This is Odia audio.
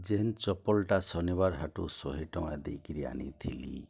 ଯେନ୍ ଚପଲ୍ଟା ଶନିବାର୍ ହାଟୁ ଶହେ ଟଙ୍କା ଦେଇକି ଆନିଥିଲି